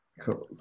Cool